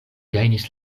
gajnis